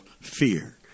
fear